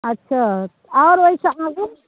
अच्छा आओर ओहिसँ आगू